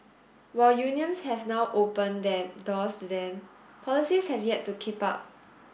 while unions have now opened their doors to them policies have yet to keep up